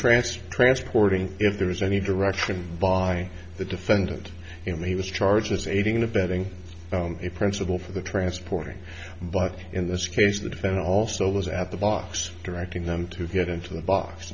transfer transporting if there is any direction by the defendant him he was charged with aiding and abetting a principle for the transporting but in this case the defendant also was at the box directing them to get into the box